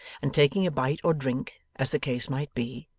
and taking a bite or drink, as the case might be,